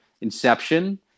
inception